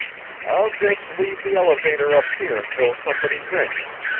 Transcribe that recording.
i'll just leave the elevator up here until somebody rings,